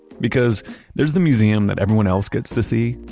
because there's the museum that everyone else gets to see,